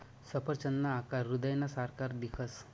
सफरचंदना आकार हृदयना सारखा दिखस